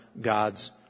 God's